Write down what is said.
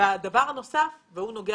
הדבר הנוסף הוא הנושא